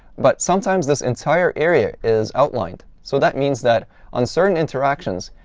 but sometimes this entire area is outlined. so that means that on certain interactions,